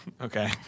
Okay